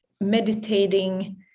meditating